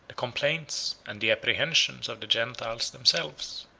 the complaints, and the apprehensions of the gentiles themselves.